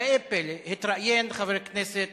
ראה פלא, התראיין חבר כנסת